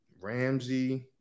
Ramsey